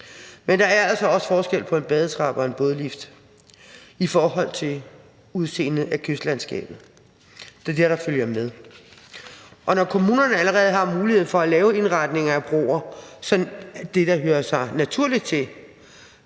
Men der er altså også forskel på en badetrappe og en bådlift i forhold til udseendet af kystlandskabet; det er det, der følger med. Og når kommunerne allerede har muligheden for at lave indretninger af broer, som det hører sig naturligt til,